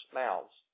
mouths